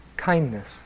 Kindness